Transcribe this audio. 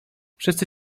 wszyscy